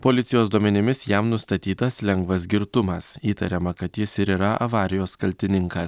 policijos duomenimis jam nustatytas lengvas girtumas įtariama kad jis ir yra avarijos kaltininkas